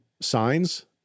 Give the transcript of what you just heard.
signs